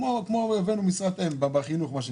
כמו משרת אם בחינוך.